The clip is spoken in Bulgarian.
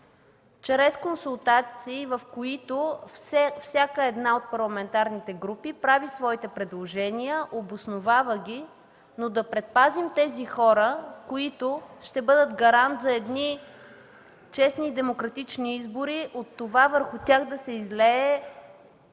чрез консултации, в които всяка една от парламентарните групи прави своите предложения, обосновава ги, но да предпазим тези хора, които ще бъдат гарант за едни честни и демократични избори, от това върху тях да се излее